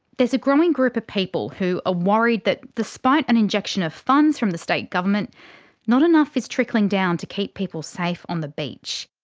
there's a growing group of people who are ah worried that despite an injection of funds from the state government not enough is trickling down to keep people safe on the beach.